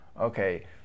Okay